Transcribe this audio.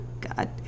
God